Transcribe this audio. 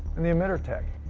and the emitter tech,